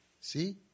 See